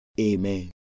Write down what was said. Amen